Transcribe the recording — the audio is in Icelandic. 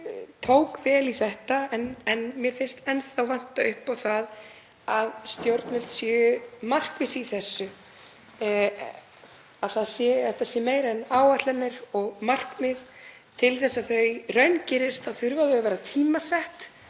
tók vel í þetta en mér finnst enn vanta upp á að stjórnvöld séu markviss í þessu, að þetta séu meira en áætlanir og markmið. Til að markmið raungerist þurfa þau að vera tímasett,